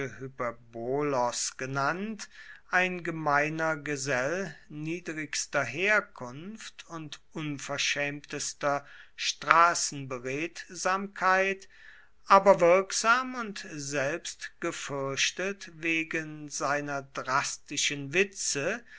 genannt ein gemeiner gesell niedrigster herkunft und unverschämtester straßenberedsamkeit aber wirksam und selbst gefürchtet wegen seiner drastischen witze